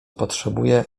potrzebuje